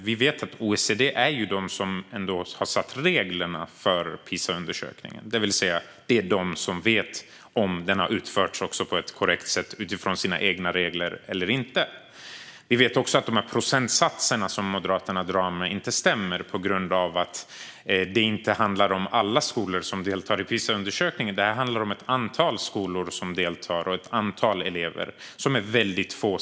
Vi vet att OECD har satt upp reglerna för PISA-undersökningen, och därmed vet de om den har utförts på ett korrekt sätt utifrån dessa regler eller inte. Vi vet för övrigt att de procentsatser som Moderaterna tar upp inte stämmer. Det handlar nämligen inte om alla skolor som deltar i PISA-undersökningen, utan det handlar om ett antal skolor och ett antal elever som deltar.